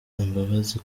imbabazi